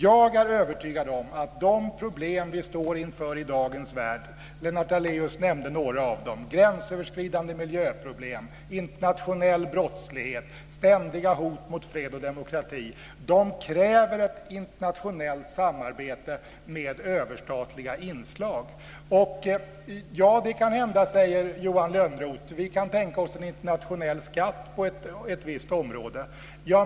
Jag är övertygad om att de problem som vi står inför i dagens värld - Lennart Daléus nämnde några av dem - med gränsöverskridande miljöproblem, internationell brottslighet och ständiga hot mot fred och demokrati kräver ett internationellt samarbete med överstatliga inslag. Ja, det kan hända, säger Johan Lönnroth, att vi kan tänka oss en internationell skatt på ett visst område.